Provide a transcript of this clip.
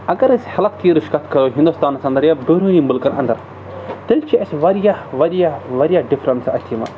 اگر أسۍ ہٮ۪لٕتھ کیرٕچ کَتھ کَرو ہِندُستانَس اَنٛدَر یا بٔروٲنی مُلکَن اَندَر تیٚلہِ چھِ اَسہِ واریاہ واریاہ واریاہ ڈِفرَنسہٕ اَتھِ یِوان